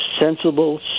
sensible